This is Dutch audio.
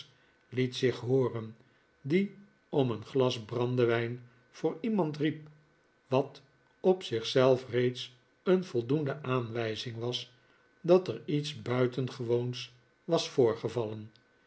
het zich hooren die om een glas brandewijn voor iemand riep wat op zich zelf reeds een voldoende aanwijzing was dat er iets buitengewoons was voorgevallen